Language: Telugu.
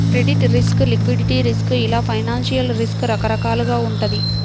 క్రెడిట్ రిస్క్, లిక్విడిటీ రిస్క్ ఇలా ఫైనాన్షియల్ రిస్క్ రకరకాలుగా వుంటది